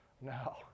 no